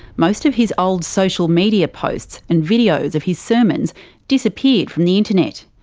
most of his old social media posts and videos of his sermons disappeared from the internet.